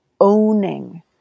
owning